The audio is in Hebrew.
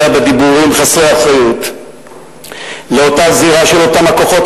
בדיבורים חסרי אחריות בזירה של אותם הכוחות,